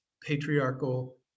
patriarchal